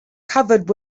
covered